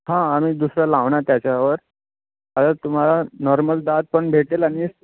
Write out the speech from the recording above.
हां आम्ही दुसरं लावणार त्याच्यावर आता तुम्हाला नॉर्मल दात पण भेटेल आणि